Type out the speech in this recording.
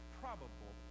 probable